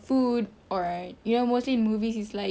food or you know mostly movies is like